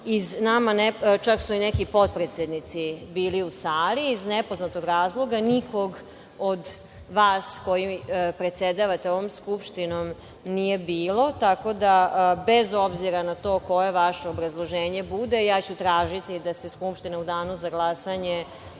čak su i neki potpredsednici bili u sali, iz nekog nepoznatog razloga nikog od vas koji predsedavate ovom Skupštinom nije bilo, tako da, bez obzira na to koje vaše obrazloženje bude, ja ću tražiti da se Skupština u Danu za glasanje